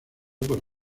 por